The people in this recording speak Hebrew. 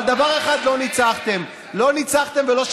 אבל דבר אחד לא ניצחתם, אל תיסחף, אל תיסחף.